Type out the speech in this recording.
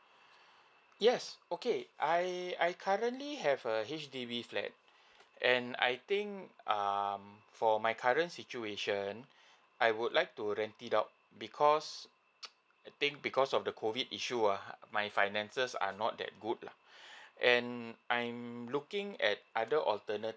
yes okay I I currently have a H_D_B flat and I think um for my current situation I would like to renting out because I think because of the COVID issue uh my finances are not that good lah and I'm looking at other alternative